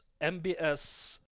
MBS